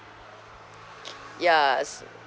yas